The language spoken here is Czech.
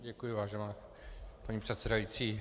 Děkuji, vážená paní předsedající.